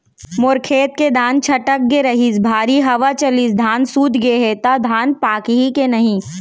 मोर खेत के धान छटक गे रहीस, भारी हवा चलिस, धान सूत गे हे, त धान पाकही के नहीं?